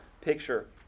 picture